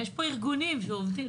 יש פה ארגונים שעובדים,